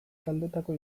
taldetako